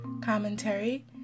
commentary